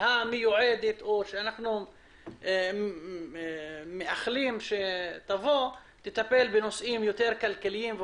המיועדת שאנחנו מאחלים שתבוא תטפל בנושאים יותר כלכליים.